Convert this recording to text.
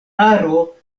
aro